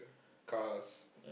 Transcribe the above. cars